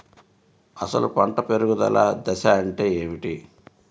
అసలు పంట పెరుగుదల దశ అంటే ఏమిటి?